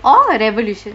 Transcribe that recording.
orh revolution